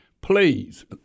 Please